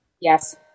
Yes